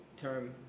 term